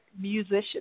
musician